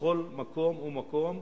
בכל מקום ומקום,